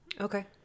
Okay